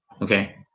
Okay